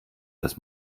dass